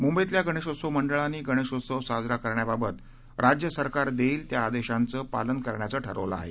मुंबईतल्या गणेशोत्सव मंडळांनी गणेशोत्सव साजरा करण्याबाबत राज्य सरकार देईल त्या आदेशांचं पालन करण्याचं ठरवलं आहे